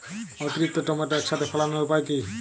অতিরিক্ত টমেটো একসাথে ফলানোর উপায় কী?